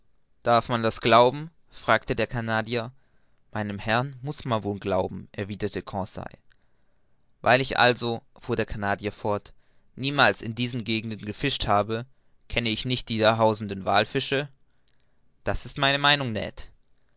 darf man das glauben fragte der canadier meinem herrn muß man wohl glauben erwiderte conseil weil ich also fuhr der canadier fort niemals in diesen gegenden gefischt habe kenne ich nicht die da hausenden wallfische das ist meine meinung